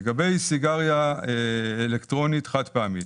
לגבי סיגריה אלקטרונית חד פעמית.